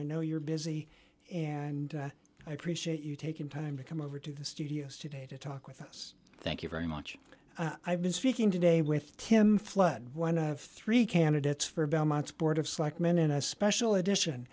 i know you're busy and i appreciate you taking time to come over to the studios today to talk with us thank you very much i've been speaking today with tim flood one of three candidates for belmont's board of selectmen in a special edition